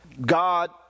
God